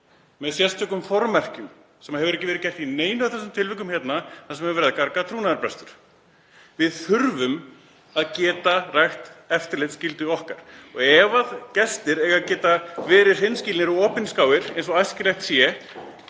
með sérstökum formerkjum sem hefur ekki verið gert í neinu af þeim tilvikum hér þar sem gargað er trúnaðarbrestur. Við þurfum að geta rækt eftirlitsskyldu okkar. Og ef gestir eiga að geta verið hreinskilnir og opinskáir, eins og æskilegt